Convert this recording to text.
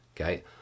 okay